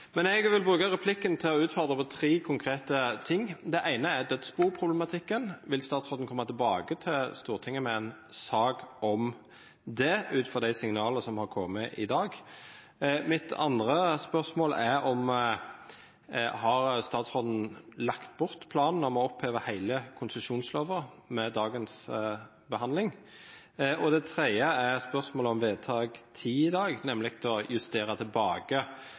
Men jeg vil bruke replikken til å utfordre på tre konkrete ting. Det ene er dødsboproblematikken – vil statsråden komme tilbake til Stortinget med en sak om det, ut fra de signalene som har kommet i dag? Mitt andre spørsmål er: Har statsråden lagt bort planen om å oppheve hele konsesjonsloven med dagens behandling? Og det tredje er et spørsmål om forslag til vedtak X i dag, nemlig om å justere tilbake